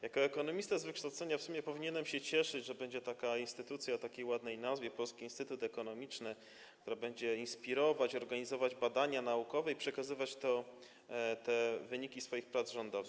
Jako ekonomista z wykształcenia w sumie powinienem się cieszyć, że będzie instytucja o takiej ładnej nazwie: Polski Instytut Ekonomiczny, która będzie inspirować, organizować badania naukowe i przekazywać wyniki swoich prac rządowi.